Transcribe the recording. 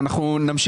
רוצה